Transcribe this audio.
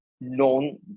known